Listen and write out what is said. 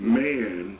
man